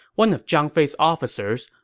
one of zhang fei's officers,